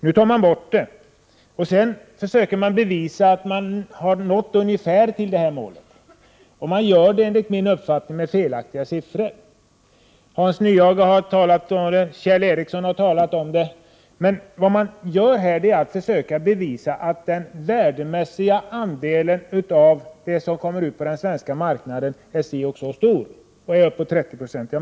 Nu tar man bort målet, och därefter försöker man bevisa att man nästan har nått målet. Enligt min uppfattning gör man det med felaktiga siffror. Hans Nyhage och Kjell Ericsson har också berört detta. Man försöker bevisa att den värdemässiga andelen av det som kommer ut på den svenska marknaden är av en viss storlek, ca 30 20.